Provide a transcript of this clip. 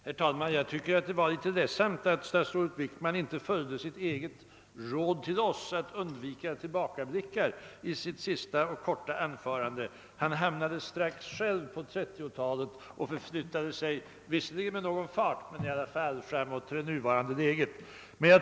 Herr talman! Det var litet ledsamt att statsrådet Wickman inte följde sitt eget råd till oss att undvika tillbakablickar. I sitt senaste korta anförande hamnade han ganska snart själv i 1930-talet och förflyttade sig — visserligen med en viss fart — fram till läget i dag.